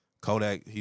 Kodak